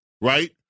right